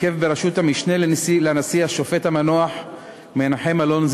בהרכב בראשות המשנה לנשיא השופט המנוח מנחם אלון,